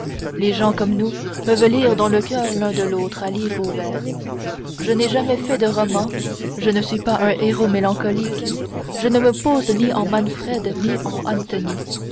les gens comme nous peuvent lire dans le coeur l'un de l'autre à livre ouvert je n'ai jamais fait de roman je ne suis pas un héros mélancolique je ne me pose ni en manfred ni en